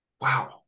Wow